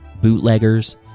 bootleggers